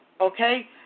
Okay